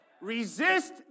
Resist